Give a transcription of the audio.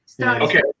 Okay